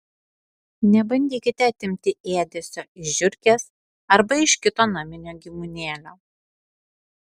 nebandykite atimti ėdesio iš žiurkės arba iš kito naminio gyvūnėlio